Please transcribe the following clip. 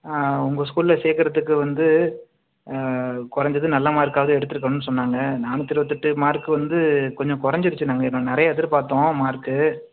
ஆ உங்கள் ஸ்கூலில் சேர்க்குறதுக்கு வந்து ஆ குறஞ்சது நல்ல மார்க்காவது எடுத்துருக்கணும்னு சொன்னாங்க நானூற்றி இருபத்தெட்டு மார்க் வந்து கொஞ்சம் குறஞ்சிருச்சு நாங்கள் நாங்கள் நிறைய எதிர்பார்த்தோம் மார்க்கு